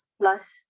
plus